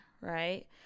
right